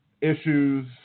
Issues